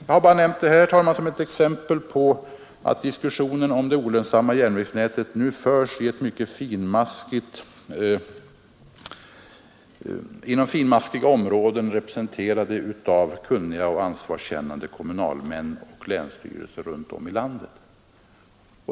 Jag har velat nämna detta som exempel på att diskussionen om det olönsamma järnvägsnätet nu förs inom mycket finmaskiga områden, representerade av kunniga och ansvarskännande kommunalmän och länsstyrelser runt om i landet.